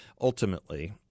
Ultimately